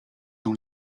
dans